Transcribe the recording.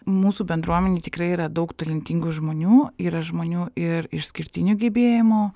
mūsų bendruomenėj tikrai yra daug talentingų žmonių yra žmonių ir išskirtinių gebėjimų